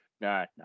no